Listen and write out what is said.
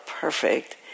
perfect